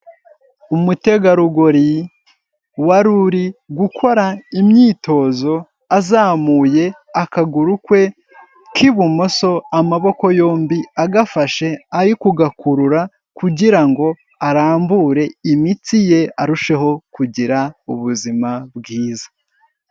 Umutegarugori waruri gukora imyitozo azamuye akaguru kwe k'ibumoso, amaboko yombi agafashe ari kugakurura kugira ngo arambure imitsi ye arusheho kugira ubuzima bwiza.